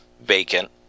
vacant